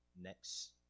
next